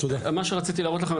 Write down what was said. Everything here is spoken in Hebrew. מה שרציתי להראות לכם,